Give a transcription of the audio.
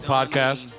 Podcast